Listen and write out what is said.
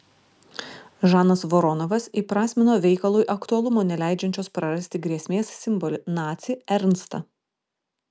žanas voronovas įprasmino veikalui aktualumo neleidžiančios prarasti grėsmės simbolį nacį ernstą